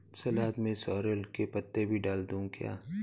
सलाद में सॉरेल के पत्ते भी डाल दूं क्या?